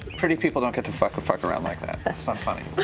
pretty people don't get to fuck fuck around like that. that's not funny.